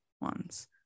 ones